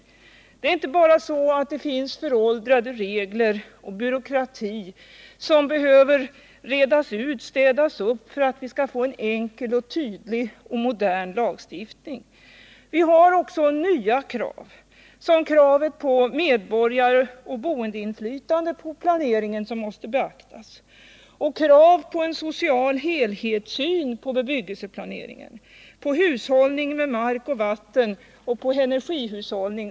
Bakgrunden är inte bara att vi har föråldrade regler och en byråkrati som behöver redas ut och städas upp för att vi skall få en enkel, tydlig och lättförståelig lagstiftning. Vi har också nya krav som måste beaktas. Det gäller t.ex. kravet på medborgaroch boendeinflytande på planeringen. Vidare har vi krav på en social helhetssyn på bebyggelseplanering, på hushållning med mark och vatten och på energihushållning.